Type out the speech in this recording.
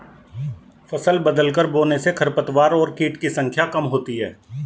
फसल बदलकर बोने से खरपतवार और कीट की संख्या कम होती है